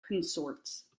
consorts